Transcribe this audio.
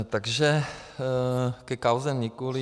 Takže ke kauze Nikulin.